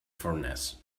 furnace